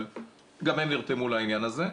אבל גם הם נרתמו לעניין הזה.